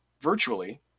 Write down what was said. virtually